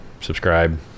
subscribe